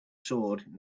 sword